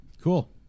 Cool